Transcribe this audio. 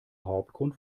hauptgrund